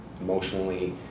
emotionally